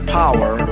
power